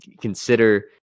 consider